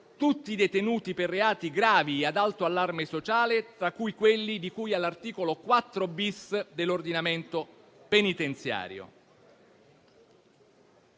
tutti i detenuti per reati gravi e ad alto allarme sociale, tra cui quelli di cui all'articolo 4-*bis* dell'ordinamento penitenziario.